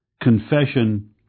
confession